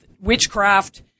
witchcraft